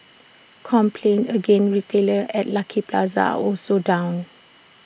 complaints against retailers at Lucky Plaza are also down